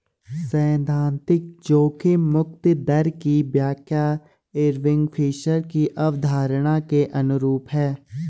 सैद्धांतिक जोखिम मुक्त दर की व्याख्या इरविंग फिशर की अवधारणा के अनुरूप है